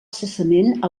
cessament